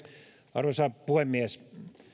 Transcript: arvoisa puhemies